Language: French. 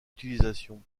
utilisation